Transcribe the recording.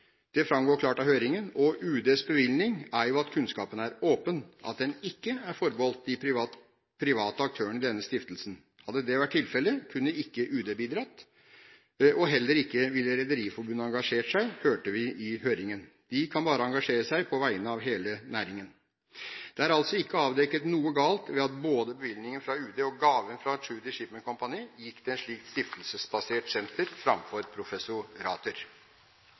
det framgår klart av høringen – og UDs bevilgning er jo at kunnskapen er åpen, at den ikke er forbeholdt de private aktørene i denne stiftelsen. Hadde det vært tilfellet, kunne ikke UD bidratt – og heller ikke ville Rederiforbundet engasjert seg, hørte vi i høringen. De kan bare engasjere seg på vegne av hele næringen. Det er altså ikke avdekket noe galt ved at både bevilgningen fra UD og gaven fra Tschudi Shipping Company gikk til et slikt stiftelsesbasert senter framfor professorater.